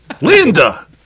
Linda